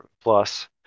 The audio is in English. plus